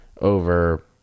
over